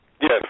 Yes